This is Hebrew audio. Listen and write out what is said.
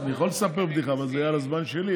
אני יכול לספר בדיחה אבל זה יהיה על הזמן שלי,